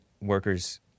workers